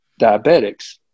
diabetics